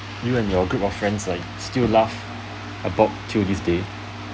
you and your group of friends still laugh about till this day